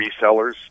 resellers